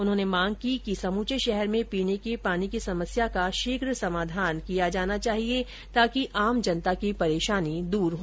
उन्होंने मांग की कि समूचे शहर में पीने के पानी की समस्या का शीघ समाधान किया जाना चाहिए ताकि आम जनता की परेशानी दूर हो